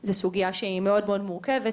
זה סוגייה שהיא מאוד מאוד מורכבת